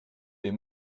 des